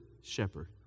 shepherd